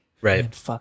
Right